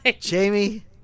Jamie